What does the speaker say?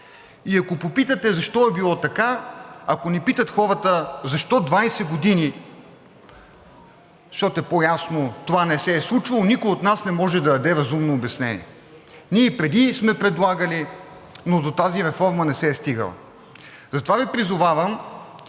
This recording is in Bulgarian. И ако попитате защо е било така, ако ни питат хората защо 20 години, защото е по-ясно, това не се е случвало, никой от нас не може да даде разумно обяснение. Ние и преди сме предлагали, но до тази реформа не се е стигало. Не знам